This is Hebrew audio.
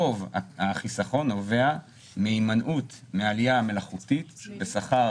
רוב החיסכון נובע מהימנעות מעלייה מלאכותית בשכר